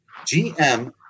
GM